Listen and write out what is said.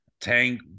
tank